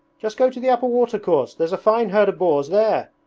just go to the upper water-course, there's a fine herd of boars there.